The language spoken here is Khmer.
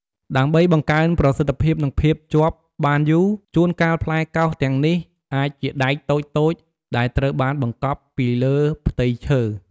ដើម្បីបង្កើនប្រសិទ្ធភាព និងភាពជាប់បានយូរ ជួនកាលផ្លែកោសទាំងនេះអាចជាដែកតូចៗដែលត្រូវបានបង្កប់ពីលើផ្ទៃឈើ។